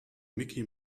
micky